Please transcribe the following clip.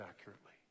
accurately